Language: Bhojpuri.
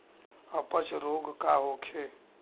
अपच रोग का होखे?